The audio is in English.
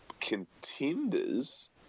contenders